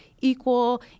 equal